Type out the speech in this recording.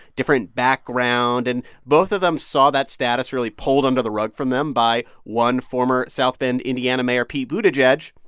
different background. and both of them saw that status really pulled under the rug from them by one former south bend, ind, and mayor pete buttigieg.